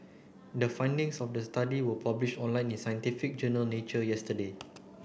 the findings of the study were publish online in scientific journal Nature yesterday